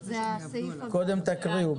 קודם תקריאו.